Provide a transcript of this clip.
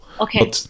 Okay